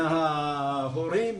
מההורים,